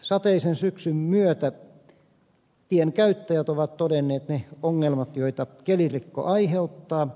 sateisen syksyn myötä tienkäyttäjät ovat todenneet ne ongelmat joita kelirikko aiheuttaa